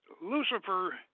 Lucifer